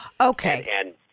Okay